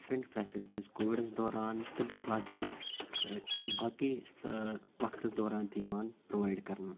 different facilities کووِڈَس دوران تہٕ بییہِ باقِیَن باقی وَقتَس دوران تہِ یِوان پرٛووایِڈ کَرنہٕ